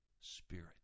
spirit